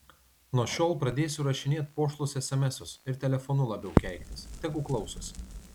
nuo šiol pradėsiu rašinėt pošlus esemesus ir telefonu labiau keiktis tegu klausosi